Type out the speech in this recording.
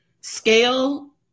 scale